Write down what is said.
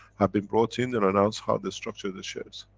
have been brought in and announced how they structure the shares.